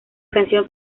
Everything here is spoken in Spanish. canción